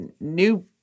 new